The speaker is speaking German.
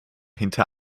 hinter